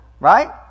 Right